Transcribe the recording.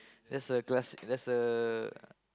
that's a glass that's a